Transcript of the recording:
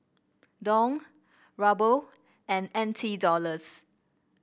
Dong Ruble and N T Dollars